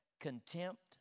contempt